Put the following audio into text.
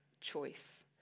choice